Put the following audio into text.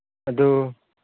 ꯑꯗꯨ